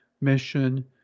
mission